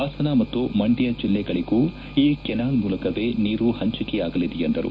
ಹಾಸನ ಮತ್ತು ಮಂಡ್ಡ ಜಿಲ್ಲೆಗಳಗೂ ಈ ಕೆನಾಲ್ ಮೂಲಕವೇ ನೀರು ಪಂಚಿಕೆಯಾಗಲಿದೆ ಎಂದರು